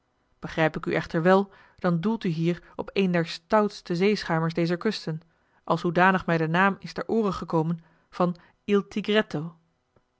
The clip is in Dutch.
begrijp ik u echter wel dan doelt u hier op een der stouste zeeschuimers dezer kusten als hoedanig mij de naam is ter oore gekomen van